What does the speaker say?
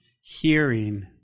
hearing